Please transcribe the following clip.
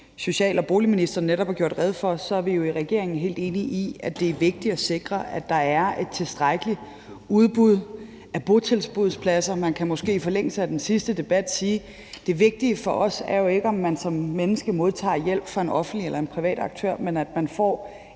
social- og boligministeren netop har gjort rede for, er vi jo i regeringen helt enige i, at det er vigtigt at sikre, at der er et tilstrækkeligt udbud af botilbudspladser. Man kan måske i forlængelse af den sidste debat sige, at det vigtige for os jo ikke er, at man som menneske modtager hjælp fra en offentlig eller en privat aktør, men at man får